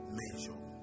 measure